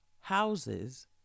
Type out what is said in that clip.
houses